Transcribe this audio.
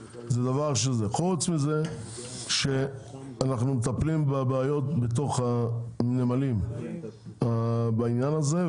חוץ מזה שאנחנו מטפלים בבעיות בתוך הנמלים בעניין הזה,